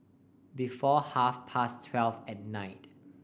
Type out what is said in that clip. before half past twelve at night